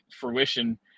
fruition